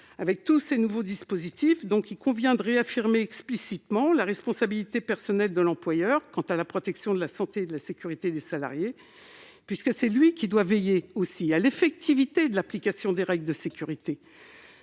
réel. De nouveaux dispositifs étant créés, il convient de réaffirmer explicitement la responsabilité personnelle de l'employeur quant à la protection de la santé et de la sécurité des salariés. C'est lui, l'employeur, qui doit veiller à l'effectivité de l'application des règles de sécurité,